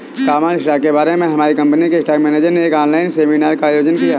common stock के बारे में हमारे कंपनी के स्टॉक मेनेजर ने एक ऑनलाइन सेमीनार का आयोजन किया